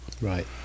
Right